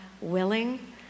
willing